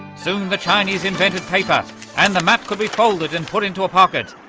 soon the chinese invented paper and the map could be folded and put into a pocket,